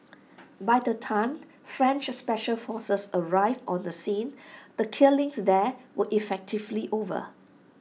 by the time French special forces arrived on the scene the killings there were effectively over